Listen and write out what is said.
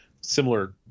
similar